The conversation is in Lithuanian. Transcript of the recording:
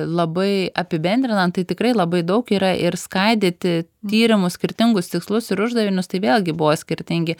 labai apibendrinant tai tikrai labai daug yra ir skaidyti tyrimus skirtingus tikslus ir uždavinius tai vėlgi buvo skirtingi